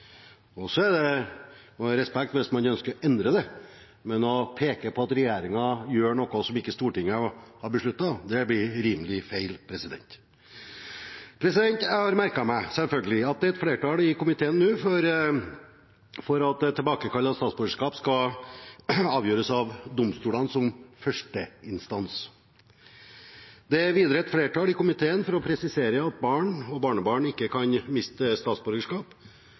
vedtatt. Så det regjeringen har gjort, er at man har fulgt opp det som et enstemmig storting sa i 2005. Jeg respekterer om man ønsker å endre det, men å peke på at regjeringen gjør noe som ikke Stortinget har besluttet, blir rimelig feil. Jeg har merket meg, selvfølgelig, at et flertall i komiteen nå er for at tilbakekall av statsborgerskap skal avgjøres av domstolene som første instans. Det er videre et flertall i komiteen for å presisere at barn og barnebarn ikke kan